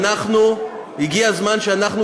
הגיע הזמן שאנחנו,